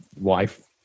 wife